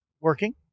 working